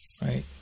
Right